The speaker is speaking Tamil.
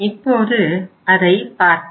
இப்போது அதை பார்ப்போம்